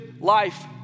life